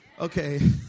Okay